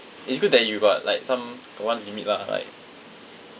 it's good that you got like some got one limit lah like